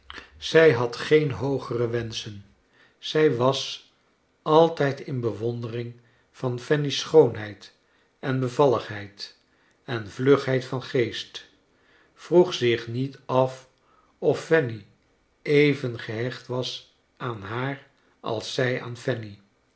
zij had geen hoogere wenschen zij was altijd in bewondering van fanny's schoonheid en hevalligheid en vlugheid van geest vroeg zich niet af of fanny even gehecht was aan haar als zij aan